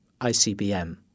ICBM